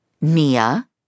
Mia